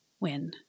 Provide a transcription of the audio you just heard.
win